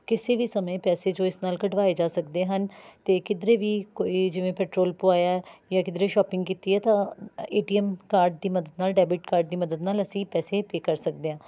ਕਿਸੇ ਵੀ ਸਮੇਂ ਪੈਸੇ ਜੋ ਇਸ ਨਾਲ਼ ਕਢਵਾਏ ਜਾ ਸਕਦੇ ਹਨ ਅਤੇ ਕਿੱਧਰੇ ਵੀ ਕੋਈ ਜਿਵੇਂ ਪੈਟਰੋਲ ਪਵਾਇਆ ਜਾਂ ਕਿੱਧਰੇ ਸ਼ੋਪਿੰਗ ਕੀਤੀ ਹੈ ਤਾਂ ਟੀ ਐਮ ਕਾਰਡ ਦੀ ਮਦਦ ਨਾਲ ਡੈਬਿਟ ਕਾਰਡ ਦੀ ਮਦਦ ਨਾਲ ਅਸੀਂ ਪੈਸੇ ਪੇ ਕਰ ਸਕਦੇ ਹਾਂ